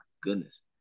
goodness